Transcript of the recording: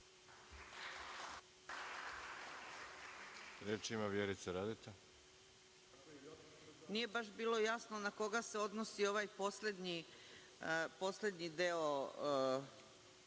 Radeta. **Vjerica Radeta** Nije baš bilo jasno na koga se odnosi ovaj poslednji deo